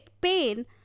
pain